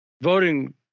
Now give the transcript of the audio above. voting